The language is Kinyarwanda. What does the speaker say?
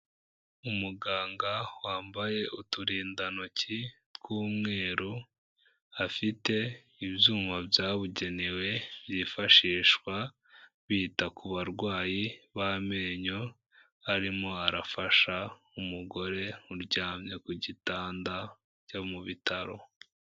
Umuganga wambaye uturindantoki tw'umweru, afite ibyuma bya bugenewe byifashishwa bita ku barwayi b'amenyo, arimo arafasha umugore uryamye ku gitanda cyo mu bitaro.